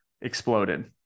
exploded